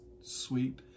sweet